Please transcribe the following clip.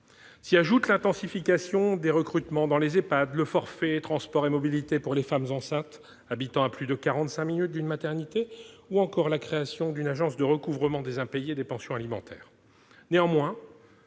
S'y ajoutent l'intensification des recrutements dans les Ehpad, le forfait transport et mobilité pour les femmes enceintes habitant à plus de quarante-cinq minutes d'une maternité ou encore la création d'une agence de recouvrement des impayés des pensions alimentaires. Néanmoins,